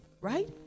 right